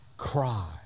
cry